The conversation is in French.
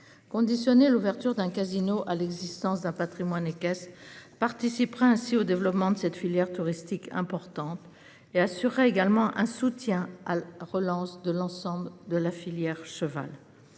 Conditionner l'ouverture d'un casino à l'existence d'un Patrimoine et. Participera ainsi au développement de cette filière touristique importante et assurera également un soutien à la relance de l'ensemble de la filière cheval.